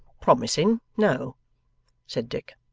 promising, no said dick.